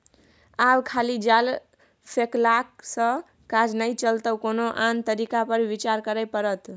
आब खाली जाल फेकलासँ काज नहि चलतौ कोनो आन तरीका पर विचार करय पड़त